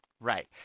Right